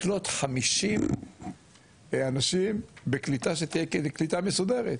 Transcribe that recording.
הקמנו מטות לקלוט 50 אנשים בקליטה שתהיה קליטה מסודרת,